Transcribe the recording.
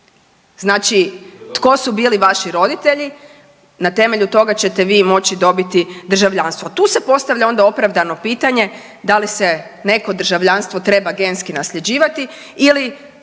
Znači, tko su bili vaši roditelji, na temelju toga ćete vi moći dobiti državljanstvo. Tu se postavlja onda opravdano pitanje da li se neko državljanstvo treba genski nasljeđivati ili